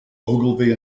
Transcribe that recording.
ogilvy